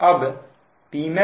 अब Pmax